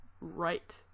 Right